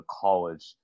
college